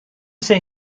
say